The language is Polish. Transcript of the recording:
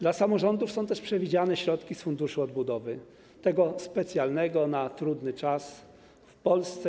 Dla samorządów są też przewidziane środki z Funduszu Odbudowy - tego specjalnego, na trudny czas w Polsce.